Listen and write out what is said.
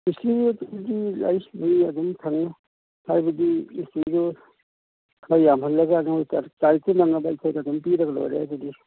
ꯃꯤꯁꯇ꯭ꯔꯤꯗꯤ ꯂꯩ ꯃꯤ ꯑꯗꯨꯝ ꯐꯪꯉꯤ ꯍꯥꯏꯕꯗꯤ ꯃꯤꯁꯇ꯭ꯔꯤꯗꯣ ꯈꯔ ꯌꯥꯝꯍꯜꯂꯒ ꯅꯣꯏ ꯇꯥꯔꯤꯛꯇꯣ ꯅꯪꯅꯕ ꯑꯩꯈꯣꯏꯗꯗꯨꯝ ꯄꯤꯔꯒ ꯂꯣꯏꯔꯦ ꯑꯗꯨꯗꯤ